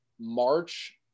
March